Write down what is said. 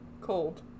cold